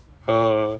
err